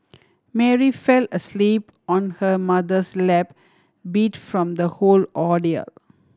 Mary fell asleep on her mother's lap beat from the whole ordeal